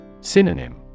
Synonym